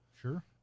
Sure